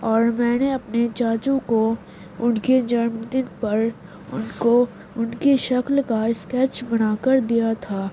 اور میں نے اپنے چاچو کو ان کے جنم دن پر ان کو ان کی شکل کا اسکیچ بنا کر دیا تھا